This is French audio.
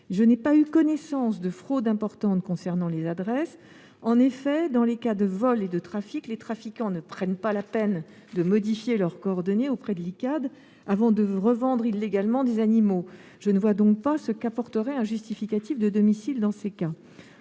Je n'ai pas eu connaissance de fraudes importantes à cet égard. En effet, dans les cas de vols et de trafics, les trafiquants ne prennent pas la peine de modifier leurs coordonnées auprès de l'I-CAD avant de revendre illégalement des animaux. Aussi, je ne vois pas ce qu'apporterait un justificatif de domicile dans de